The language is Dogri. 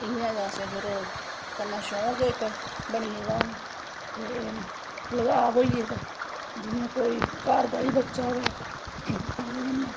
इयां गै असैं शौक हून बनी गेदा इक ते लगाव होई गेदा जियां कोई घर दा गै बच्चा होऐ ओह्दे कन्नैं